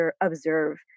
observe